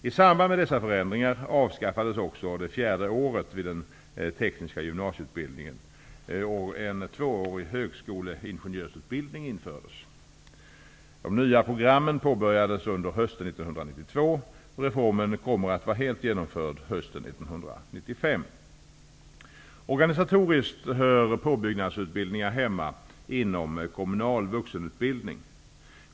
I samband med dessa förändringar avskaffades också det fjärde året vid den tekniska gymnasieutbildningen, och en tvåårig högskoleingenjörsutbildning infördes. De nya programmen påbörjades under hösten 1992. Reformen kommer att vara helt genomförd hösten Organisatoriskt hör påbyggnadsutbildningar hemma inom kommunal vuxenutbildning.